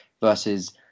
versus